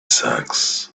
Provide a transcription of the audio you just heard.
sacks